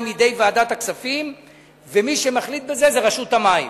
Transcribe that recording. מידי ועדת הכספים ומי שמחליטה בזה היא רשות המים.